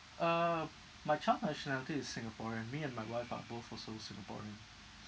uh my child nationality is singaporean me and my wife are both also singaporean